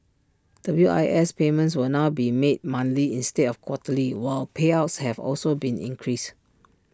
W I S payments will now be made monthly instead of quarterly while payouts have also been increased